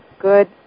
good